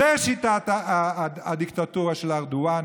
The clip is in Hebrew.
זו שיטת הדיקטטורה של ארדואן.